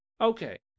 Okay